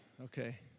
Okay